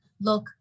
look